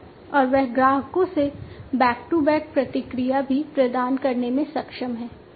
और वे ग्राहकों से बैक टू बैक प्रतिक्रिया भी प्रदान करने में सक्षम हैं